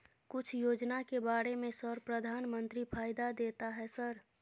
कुछ योजना के बारे में सर प्रधानमंत्री फायदा देता है सर?